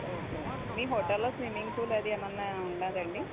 okay మీ హోటల్లో swimming pool అది ఏమైనా ఉన్నాదా అండి